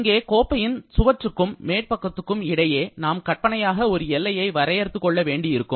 இங்கே கோப்பையின் சுவற்றுக்கும் மேற்பக்கத்துக்கும் இடையே நாம் கற்பனையாக ஒரு எல்லையை வரையறுத்துக் கொள்ள வேண்டியிருக்கும்